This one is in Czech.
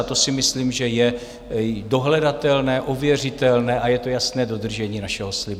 To si myslím, že je dohledatelné, ověřitelné a je to jasné dodržení našeho slibu.